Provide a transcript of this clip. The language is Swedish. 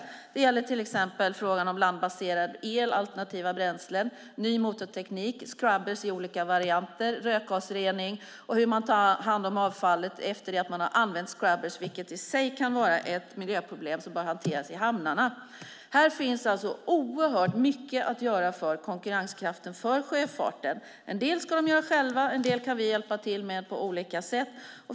Det gäller till exempel frågan om landbaserad el, alternativa bränslen, ny motorteknik, skrubbrar i olika varianter, rökgasrening och hur man tar hand om avfallet efter att man har använt skrubbrar, vilket i sig kan vara ett miljöproblem som bör hanteras i hamnarna. Här finns alltså oerhört mycket att göra för konkurrenskraften för sjöfarten. En del ska de göra själva, och en del kan vi hjälpa till med på olika sätt.